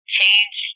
change